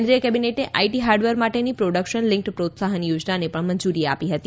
કેન્દ્રીય કેબિનેટે IT hardware માટેની પ્રોડક્શન લિંક્ડ પ્રોત્સાહન યોજનાને પણ મંજૂરી આપી હતી